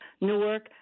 Newark